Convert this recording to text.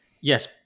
Yes